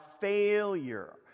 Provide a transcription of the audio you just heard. failure